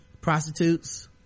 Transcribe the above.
prostitutes